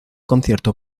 concierto